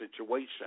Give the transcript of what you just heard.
situation